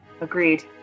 Agreed